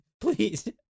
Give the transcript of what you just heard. Please